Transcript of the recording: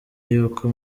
yuko